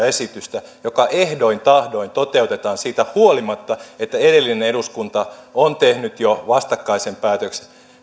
esitystä joka ehdoin tahdoin toteutetaan siitä huolimatta että edellinen eduskunta on tehnyt jo vastakkaisen päätöksen ja